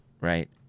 right